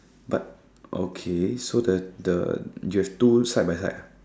but okay so the the you have two side by side ah